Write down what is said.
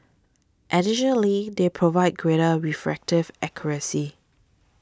additionally they provide greater refractive accuracy